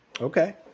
Okay